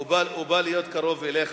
הוא בא להיות קרוב אליך.